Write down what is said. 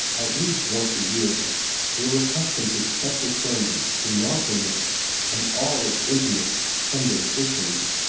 at least once a year they were accustomed to expect a sermon denouncing it and all its impious sunday patrons.